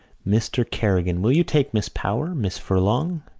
mr. kerrigan, will you take miss power? miss furlong,